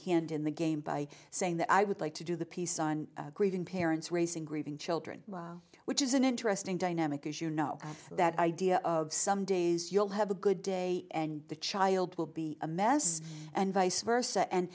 hand in the game by saying that i would like to do the piece on grieving parents raising grieving children which is an interesting dynamic as you know that idea of some days you'll have a good day and the child will be a mess and vice versa and